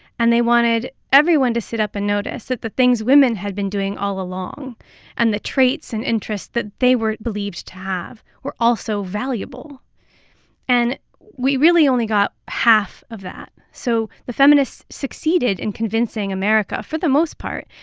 and they wanted everyone to sit up and notice that the things women had been doing all along and the traits and interests that they were believed to have were also valuable and we really only got half of that. so the feminists succeeded in convincing america, for the most part,